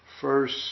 first